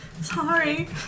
Sorry